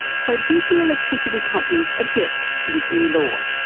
so did the electricity companies object to this new law?